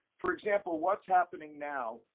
for example, what's happening now,